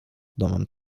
domem